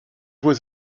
was